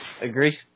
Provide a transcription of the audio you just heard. Agree